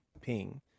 ping